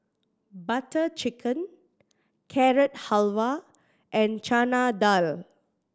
Butter Chicken Carrot Halwa and Chana Dal